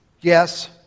yes